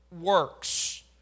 works